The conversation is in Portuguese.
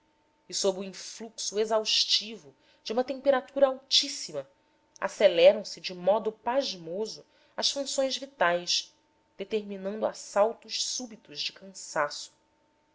e sob o influxo exaustivo de uma temperatura altíssima aceleram se de modo pasmoso as funções vitais determinando assaltos súbitos de cansaço